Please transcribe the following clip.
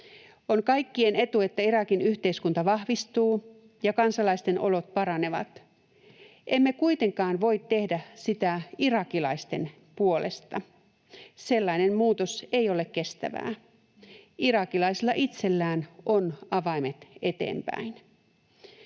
On kaikkien etu, että Irakin yhteiskunta vahvistuu ja kansalaisten olot paranevat. Emme kuitenkaan voi tehdä sitä irakilaisten puolesta, sellainen muutos ei ole kestävää. Irakilaisilla itsellään on avaimet eteenpäin.